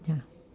ya